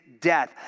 death